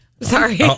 Sorry